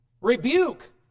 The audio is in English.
Rebuke